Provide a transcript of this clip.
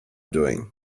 doing